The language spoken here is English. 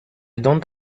don’t